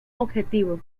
objetivo